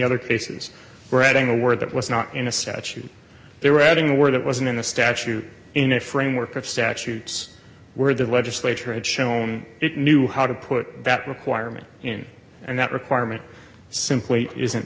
other cases were adding a word that was not in a statute they were reading where it wasn't in the statute in a framework of statutes where the legislature had shown it knew how to put that requirement in and that requirement simply isn't